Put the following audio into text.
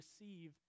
receive